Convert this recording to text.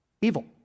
evil